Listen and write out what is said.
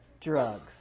drugs